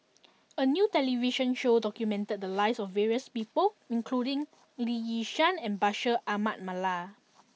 a new television show documented the lives of various people including Lee Yi Shyan and Bashir Ahmad Mallal